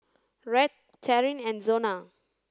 Rhett Taryn and Zona